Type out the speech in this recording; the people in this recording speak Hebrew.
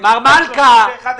הדברים.